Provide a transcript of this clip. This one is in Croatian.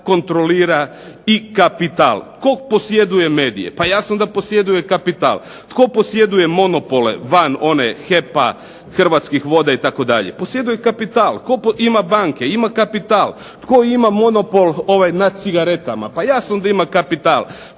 kontrolira i kapital. Tko posjeduje medije? Pa jasno da posjeduje kapital. Tko posjeduje monopole van one HEP-a, Hrvatskih voda itd.? Posjeduje ih kapital. Tko ima banke? Ima kapital. Tko ima monopol nad cigaretama? Pa jasno da ima kapital.